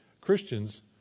Christians